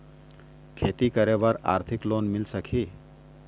खेती करे बर आरथिक लोन मिल सकही?